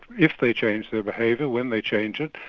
if they change their behaviour, when they change it,